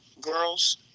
girls